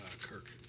Kirk